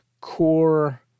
core